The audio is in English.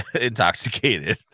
intoxicated